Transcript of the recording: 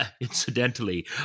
incidentally